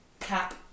Cap